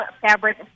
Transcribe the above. fabric